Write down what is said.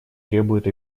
требует